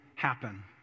happen